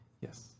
Yes